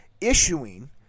issuing